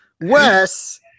Wes –